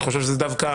אני חושב שזה דווקא